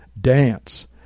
dance